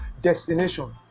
destination